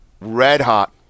Red-hot